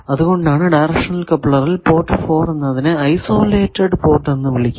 അതുകൊണ്ടാണ് ഡയറക്ഷണൽ കപ്ലറിൽ പോർട്ട് 4 എന്നതിനെ ഐസൊലേറ്റഡ് പോർട്ട് എന്ന് വിളിക്കുന്നത്